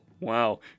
wow